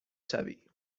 شوی